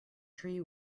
tree